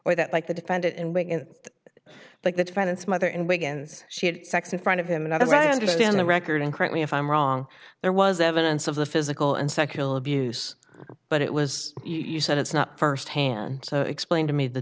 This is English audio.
or that like the defendant in like the defendant's mother in wigan's she had sex in front of him and i understand the record and correct me if i'm wrong there was evidence of the physical and sexual abuse but it was you said it's not firsthand so explain to me the